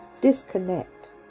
disconnect